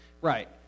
Right